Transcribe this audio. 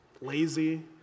lazy